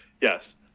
yes